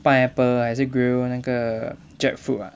pineapple 还是 grill 那个 jackfruit ah